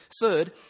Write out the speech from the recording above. Third